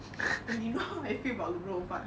and you know how I feel about 卤肉饭